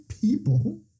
people